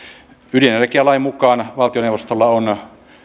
ydinenergialain mukaan valtioneuvostolla on